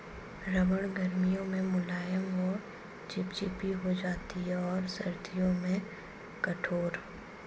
रबड़ गर्मियों में मुलायम व चिपचिपी हो जाती है और सर्दियों में कठोर